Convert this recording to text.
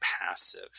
passive